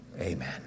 Amen